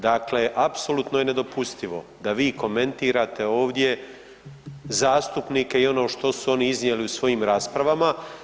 Dakle, apsolutno je nedopustivo da vi komentirate ovdje zastupnike i ono što su oni iznijeli u svojim raspravama.